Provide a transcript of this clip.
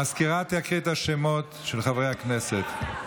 סגנית המזכיר תקרא בשמות חברי הכנסת.